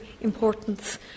importance